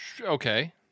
Okay